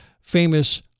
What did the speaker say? famous